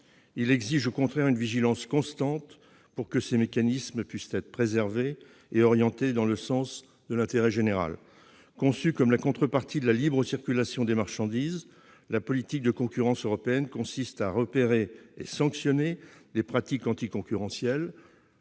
Il exige au contraire une vigilance constante, pour que le jeu de ces mécanismes puisse être préservé et orienté dans le sens de l'intérêt général. Conçue comme la contrepartie de la libre circulation des marchandises, la politique de concurrence européenne consiste à repérer et à sanctionner les pratiques anticoncurrentielles